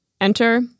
Enter